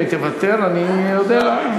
אם היא תוותר אני אודה לה.